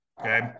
Okay